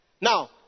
Now